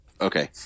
Okay